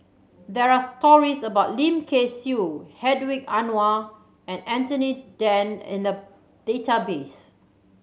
there are stories about Lim Kay Siu Hedwig Anuar and Anthony Then in the database